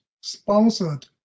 sponsored